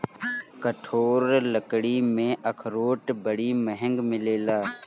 कठोर लकड़ी में अखरोट बड़ी महँग मिलेला